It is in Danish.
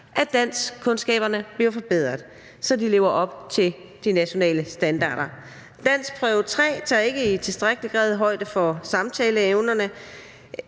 at danskkundskaberne bliver forbedret, så de lever op til de nationale standarder. Danskprøve 3 tager ikke i tilstrækkelig grad højde for samtaleevnerne,